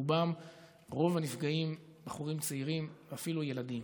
שרוב הנפגעים הם בחורים צעירים ואפילו ילדים,